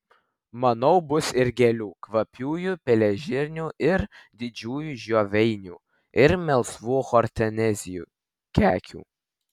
manau bus ir gėlių kvapiųjų pelėžirnių ir didžiųjų žioveinių ir melsvų hortenzijų kekių